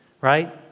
right